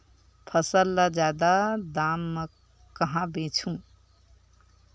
फसल ल जादा दाम म कहां बेचहु?